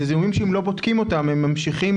אלה זיהומים שאם לא בודקים אותם הם ממשיכים,